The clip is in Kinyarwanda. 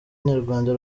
nyarwanda